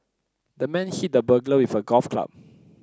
the man hit the burglar with a golf club